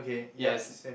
yes